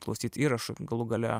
klausyti įrašų galų gale